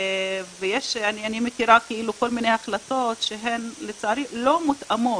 אני מכירה כל מיני החלטות שהן לצערי לא מותאמות.